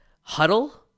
Huddle